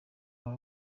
baba